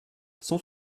cent